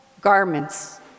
garments